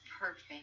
perfect